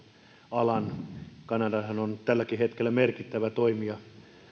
kaivosalan kanadahan on tälläkin hetkellä merkittävä toimija